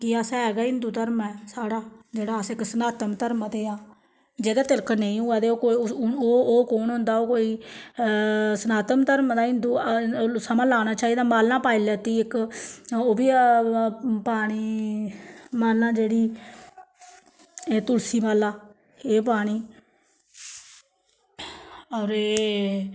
कि अस है गै हिन्दू धर्म ऐ साढ़ा जेह्ड़ा अस इक सनातन धर्म दे आं जेह्दे तिलक नेईं होऐ ते ओह् कौन होंदा ओह् कोई सनातन धर्म दा हिन्दू समां लाना चाहिदा माला पाई लैती इक ओह् बी पानी माला जेह्ड़ी तुलसी माला एह् पानी होर एह्